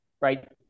right